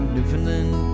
Newfoundland